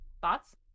Thoughts